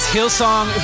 Hillsong